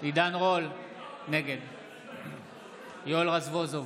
נגד יואל רזבוזוב,